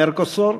Mercosur,